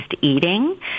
eating